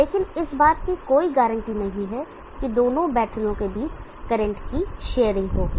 लेकिन इस बात की कोई गारंटी नहीं है कि दोनों बैटरियों के बीच करंट की शेयरिंग होगी